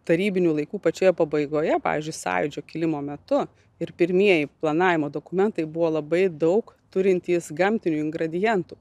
tarybinių laikų pačioje pabaigoje pavyzdžiui sąjūdžio kilimo metu ir pirmieji planavimo dokumentai buvo labai daug turintys gamtinių ingredientų